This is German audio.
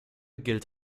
gilt